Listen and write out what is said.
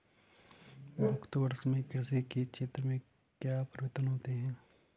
विगत वर्षों में कृषि के क्षेत्र में क्या परिवर्तन हुए हैं?